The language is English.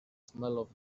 smell